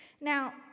Now